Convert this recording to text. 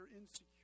insecure